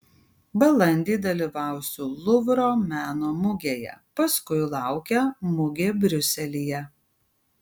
balandį dalyvausiu luvro meno mugėje paskui laukia mugė briuselyje